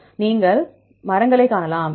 எனவே நீங்கள் மரங்களைக் காணலாம்